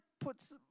puts